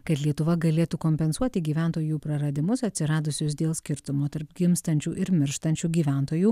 kad lietuva galėtų kompensuoti gyventojų praradimus atsiradusius dėl skirtumo tarp gimstančių ir mirštančių gyventojų